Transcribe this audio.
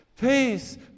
Peace